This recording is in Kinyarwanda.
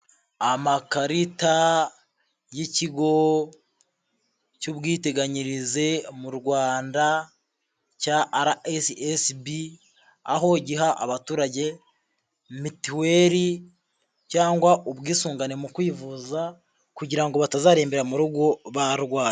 Amakarita y'ikigo cy'ubwiteganyirize mu Rwanda cya RSSB, aho giha abaturage mituweri cyangwa ubwisungane mu kwivuza kugira ngo batazarembera mu rugo barwaye.